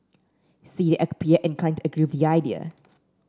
see at appear inclined to agree the idea